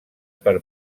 per